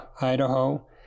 Idaho